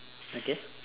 okay